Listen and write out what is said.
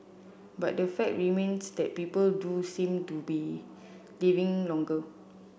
but the fact remains that people do seem to be living longer